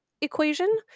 equation